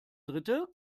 dritte